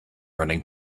running